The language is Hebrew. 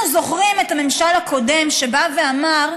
אנחנו זוכרים את הממשל הקודם, שבא ואמר: